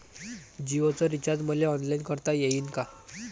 जीओच रिचार्ज मले ऑनलाईन करता येईन का?